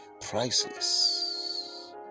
priceless